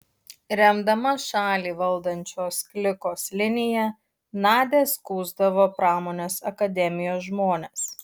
remdama šalį valdančios klikos liniją nadia skųsdavo pramonės akademijos žmones